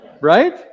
Right